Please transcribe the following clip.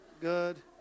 Good